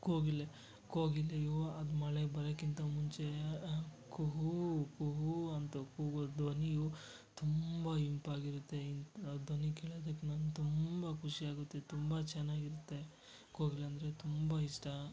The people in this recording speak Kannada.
ಕೋಗಿಲೆ ಕೋಗಿಲೆಯು ಅದು ಮಳೆ ಬರೋಕಿಂತ ಮುಂಚೆ ಕುಹೂ ಕುಹೂ ಅಂತ ಕೂಗೋ ಧ್ವನಿಯು ತುಂಬ ಇಂಪಾಗಿರುತ್ತೆ ಈ ಆ ಧ್ವನಿ ಕೇಳೋದಕ್ ನಂಗೆ ತುಂಬ ಖುಷಿ ಆಗುತ್ತೆ ತುಂಬ ಚೆನ್ನಾಗ್ ಇರುತ್ತೆ ಕೋಗಿಲೆ ಅಂದರೆ ತುಂಬ ಇಷ್ಟ